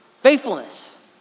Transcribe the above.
faithfulness